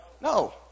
No